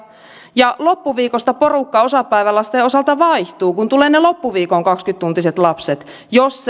ja loppuviikosta porukka osapäivälasten osalta vaihtuu kun tulevat ne loppuviikon kaksikymmentä tuntiset lapset jos